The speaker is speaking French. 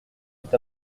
est